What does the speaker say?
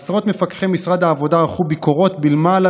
עשרות מפקחי משרד העבודה ערכו ביקורות בלמעלה